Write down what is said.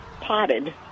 potted